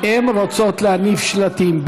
רבותיי, הן רוצות להניף שלטים.